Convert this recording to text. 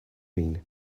mean